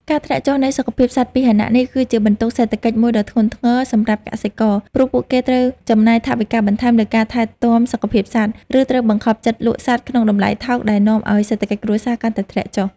ការធ្លាក់ចុះនៃសុខភាពសត្វពាហនៈនេះ គឺជាបន្ទុកសេដ្ឋកិច្ចមួយដ៏ធ្ងន់ធ្ងរសម្រាប់កសិករ ព្រោះពួកគេត្រូវចំណាយថវិកាបន្ថែមលើការថែទាំសុខភាពសត្វ ឬត្រូវបង្ខំចិត្តលក់សត្វក្នុងតម្លៃថោក ដែលនាំឱ្យសេដ្ឋកិច្ចគ្រួសារកាន់តែធ្លាក់ចុះ។